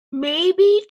maybe